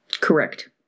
Correct